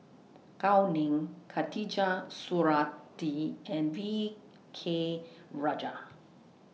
Gao Ning Khatijah Surattee and V K Rajah